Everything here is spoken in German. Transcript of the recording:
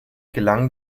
gelang